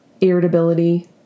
irritability